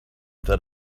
that